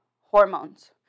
hormones